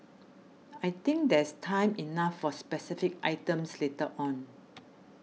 I think there's time enough for specific items later on